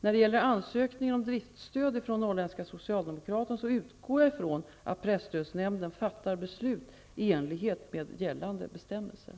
När det gäller ansökningen om driftstöd från Norrländska Socialdemokraten utgår jag från att presstödsnämnden fattar beslut i enlighet med gällande bestämmelser.